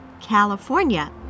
California